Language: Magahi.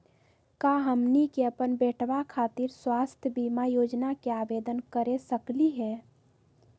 का हमनी के अपन बेटवा खातिर स्वास्थ्य बीमा योजना के आवेदन करे सकली हे?